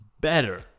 better